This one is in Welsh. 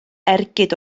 ergyd